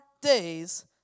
days